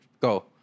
go